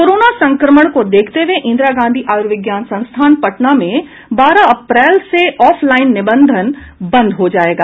corona संक्रमण को देखते हुये इंदिरा गांधी आयुर्विज्ञान संस्थान पटना में बारह अप्रैल से ऑफलाईन निबंधन बंद हो जायेगा